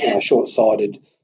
short-sighted